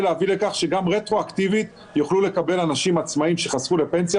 להביא לכך שגם רטרואקטיבית יוכלו לקבל אנשים עצמאים שחסכו לפנסיה,